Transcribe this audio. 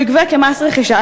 אז שמעתי לפני שבוע ציטוט,